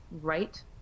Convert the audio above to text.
right